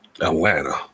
Atlanta